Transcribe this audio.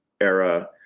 era